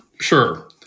sure